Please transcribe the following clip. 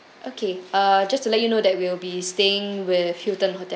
okay uh just to let you know that we'll be staying with hilton hotel